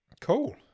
Cool